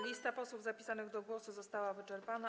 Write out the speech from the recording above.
Lista posłów zapisanych do głosu została wyczerpana.